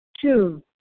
Two